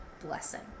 blessing